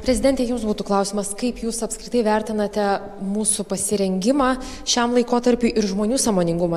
prezidente jums būtų klausimas kaip jūs apskritai vertinate mūsų pasirengimą šiam laikotarpiui ir žmonių sąmoningumą